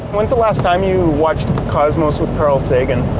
was the last time you watched cosmos with carl sagan?